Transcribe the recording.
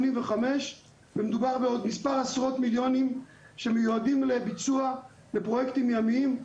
ומדובר בעוד מספר עשרות מיליונים שמיועדים לביצוע לפרוייקטים ימיים,